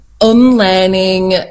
unlearning